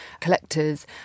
collectors